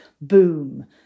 boom